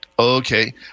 Okay